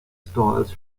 styles